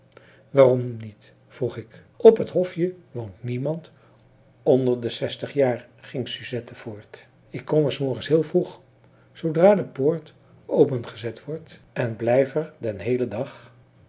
waarom niet vroeg ik op het hofje woont niemand onder de zestig jaar ging suzette voort ik kom er s morgens heel vroeg zoodra de poort opengezet wordt en blijf er den heelen dag